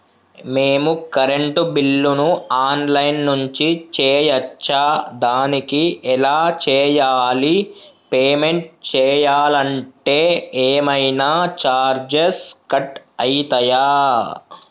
మేము కరెంటు బిల్లును online నుంచి చేయచ్చా? దానికి ఎలా చేయాలి? పేమెంట్ చేయాలంటే ఏమైనా చార్జెస్ కట్ అయితయా?